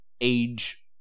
age